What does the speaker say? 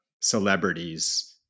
celebrities